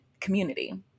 community